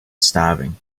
starving